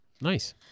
Nice